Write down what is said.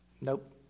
Nope